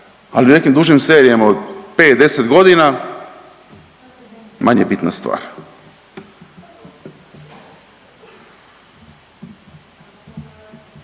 ali u nekim dužim serijama od 5-10.g. manje bitna stvar.